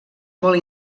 molt